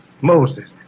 Moses